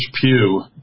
pew